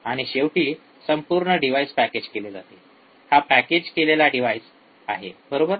आणि शेवटी संपूर्ण डिवाइस पॅकेज केले जाते हा पॅकेज केलेला डिवाइस आहे बरोबर